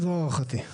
זו הערכתי.